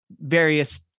various